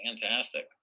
Fantastic